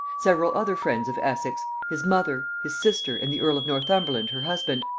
several other friends of essex, his mother, his sister and the earl of northumberland her husband,